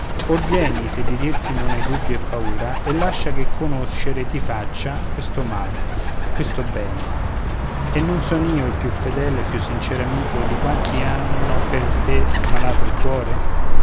or vieni se di tirsi non hai dubbio e paura e lascia che conoscere ti faccia questo mal questo bene e non son io il più fedele e il più sincero amico di quanti hanno per te malato il cuore